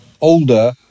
older